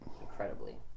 incredibly